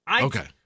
Okay